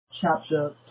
chapter